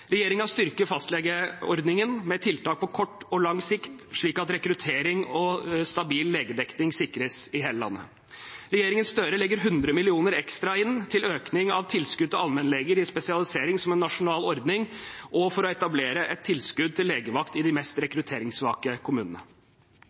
styrker fastlegeordningen med tiltak på kort og lang sikt, slik at rekruttering og stabil legedekning sikres i hele landet. Regjeringen Støre legger inn 100 mill. kr ekstra til økning av tilskudd til allmennleger i spesialisering som en nasjonal ordning og for å etablere et tilskudd til legevakt i de mest